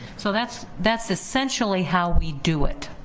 so that's that's essentially how we do it.